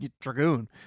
Dragoon